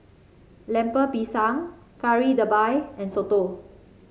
Lemper Pisang Kari Debal and soto